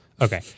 Okay